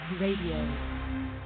Radio